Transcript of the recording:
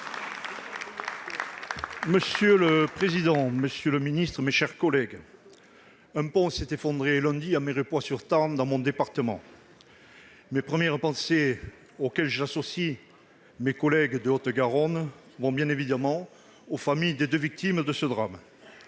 Monsieur le président, monsieur le secrétaire d'État, mes chers collègues, un pont s'est effondré lundi à Mirepoix-sur-Tarn, dans mon département. Mes premières pensées, auxquelles j'associe mes collègues de Haute-Garonne, vont, bien évidemment, aux familles des deux victimes de ce drame.